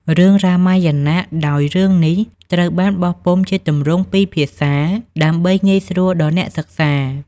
រឿង រ៉ាម៉ាយណៈ ដោយរឿងនេះត្រូវបានបោះពុម្ពជាទម្រង់ពីរភាសាដើម្បីងាយស្រួលដល់អ្នកសិក្សា។